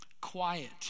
quiet